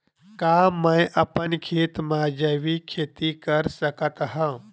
का मैं अपन खेत म जैविक खेती कर सकत हंव?